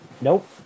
nope